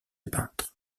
peintre